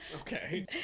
Okay